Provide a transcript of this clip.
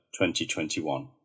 2021